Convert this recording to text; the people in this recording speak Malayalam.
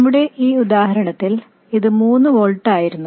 നമ്മുടെ ഈ ഉദാഹരണത്തിൽ അത് മൂന്ന് വോൾട്ട് ആയിരുന്നു